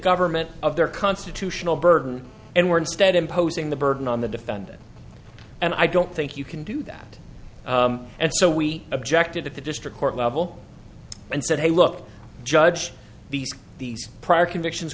government of their constitutional burden and we're instead imposing the burden on the defendant and i don't think you can do that and so we objected at the district court level and said hey look judge these these convictions